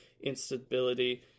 instability